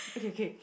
okay okay